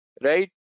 Right